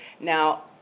Now